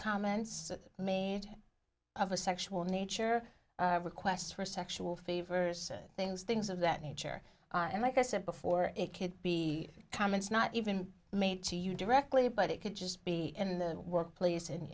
comments made of a sexual nature of requests for sexual favors things things of that nature and like i said before it could be comments not even made to you directly but it could just be in the workplace and